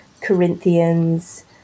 corinthians